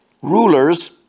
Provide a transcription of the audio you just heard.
Rulers